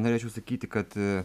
norėčiau sakyti kad